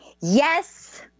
Yes